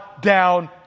down